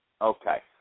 Okay